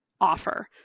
offer